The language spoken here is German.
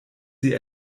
sie